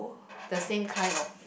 the same kind of